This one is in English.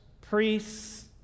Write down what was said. priests